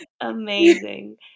Amazing